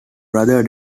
brother